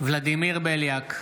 ולדימיר בליאק,